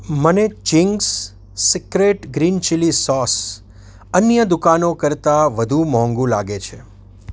મને Ching's secret green chilli sauce અન્ય દુકાનો કરતાં વધુ મોંઘું લાગે છે